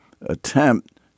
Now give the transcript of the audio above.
attempt